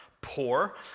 poor